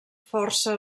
força